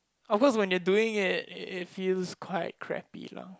of course when they are doing it it is feel quite crappy lah